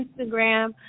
Instagram